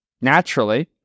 naturally